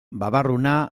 babarruna